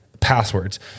Passwords